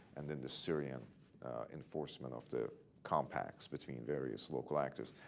and then the syrian enforcement of the compacts between various local actors.